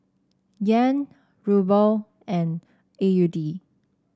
Yen Ruble and A U D